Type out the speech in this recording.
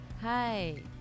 Hi